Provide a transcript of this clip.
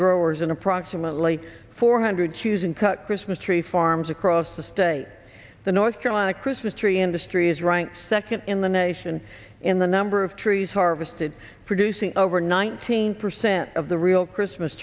growers in approximately four hundred shoes and cut christmas tree farms across the state the north carolina christmas tree industry is ranked second in the nation in the number of trees harvested producing over nineteen percent of the real christmas